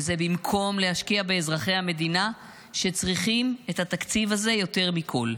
וזה במקום להשקיע באזרחי המדינה שצריכים את התקציב הזה יותר מכל.